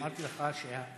אמרתי לך שהמליאה,